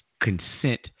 Consent